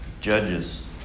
Judges